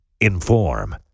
inform